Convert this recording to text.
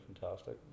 fantastic